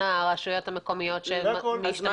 הרשויות המקומיות שמשתמשות בשירותיה.